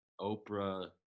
Oprah